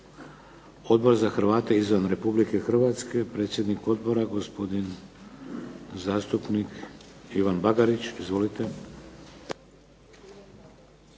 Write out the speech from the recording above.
Odbor za Hrvate izvan Republike Hrvatske, predsjednik odbora gospodin zastupnik Ivan Bagarić. Izvolite.